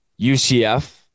UCF